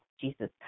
Jesus